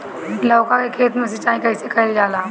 लउका के खेत मे सिचाई कईसे कइल जाला?